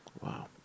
Wow